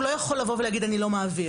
הוא לא יכול לבוא ולהגיד: "אני לא מעביר"?